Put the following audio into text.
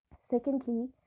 secondly